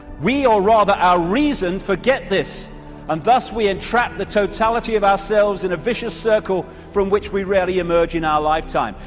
we, or rather our reason, forget this and thus we entrap the totality of ourselves in a vicious circle from which we rarely emerge in our lifetime.